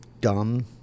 dumb